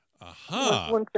Aha